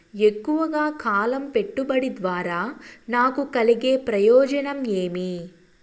ఎక్కువగా కాలం పెట్టుబడి ద్వారా నాకు కలిగే ప్రయోజనం ఏమి?